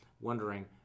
wondering